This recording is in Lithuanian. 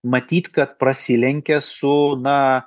matyt kad prasilenkia su na